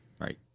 Right